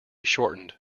shortened